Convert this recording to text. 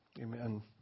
Amen